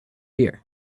year